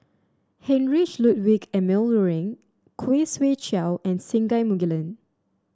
Heinrich Ludwig Emil Luering Khoo Swee Chiow and Singai Mukilan